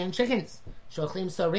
chickens